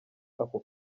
ako